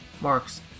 marks